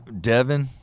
devon